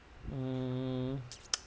mm